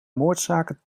moordzaken